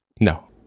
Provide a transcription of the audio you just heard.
No